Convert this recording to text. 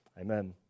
Amen